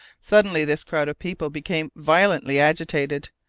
suddenly, this crowd of people became violently agitated.